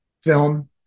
film